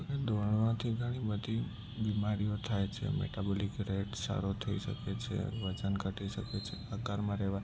તો કે દોડવાથી ઘણી બધી બીમારીઓ થાય છે મેટાબોલિક રેટ સારો થઈ શકે છે વજન ઘટી શકે છે આ કર્મ રેવા